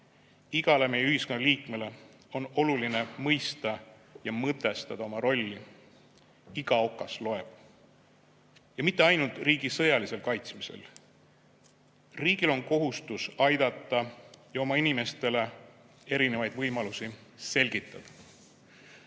Igal meie ühiskonna liikmel on oluline mõista ja mõtestada oma rolli. Iga okas loeb, ja mitte ainult riigi sõjalisel kaitsmisel. Riigil on kohustus aidata ja oma inimestele erinevaid võimalusi selgitada. Siinkohal